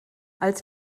als